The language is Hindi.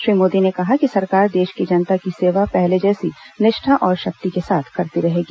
श्री मोदी ने कहा कि सरकार देश की जनता की सेवा पहले जैसी निष्ठा और शक्ति के साथ करती रहेगी